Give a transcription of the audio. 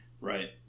Right